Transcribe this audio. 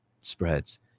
spreads